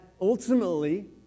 ultimately